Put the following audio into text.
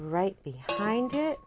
right behind it